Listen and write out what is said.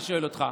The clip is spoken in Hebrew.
אני שואל אותך.